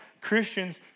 Christians